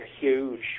huge